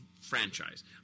franchise